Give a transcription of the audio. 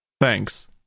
Thanks